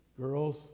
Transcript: Girls